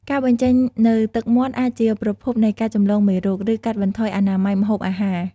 ការបញ្ចេញនូវទឹកមាត់អាចជាប្រភពនៃការចម្លងមេរោគ ឬកាត់បន្ថយអនាម័យម្ហូបអាហារ។